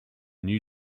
new